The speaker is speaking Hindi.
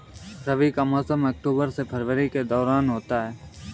रबी का मौसम अक्टूबर से फरवरी के दौरान होता है